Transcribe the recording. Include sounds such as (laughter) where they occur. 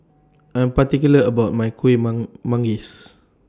I Am particular about My Kuih (unintelligible) Manggis